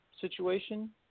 situation